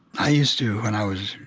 i used to when i was